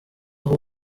aho